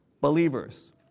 believers